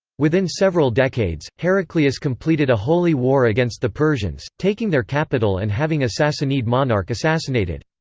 within several decades, heraclius completed a holy war against the persians, taking their capital and having a sassanid monarch assassinated.